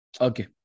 Okay